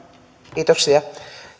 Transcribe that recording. kiitoksia